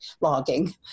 logging